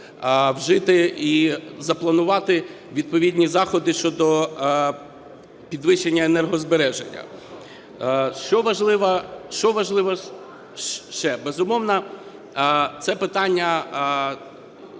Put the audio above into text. вжити і запланувати відповідні заходи щодо підвищення енергозбереження. Що важливо ще. Безумовно, це питання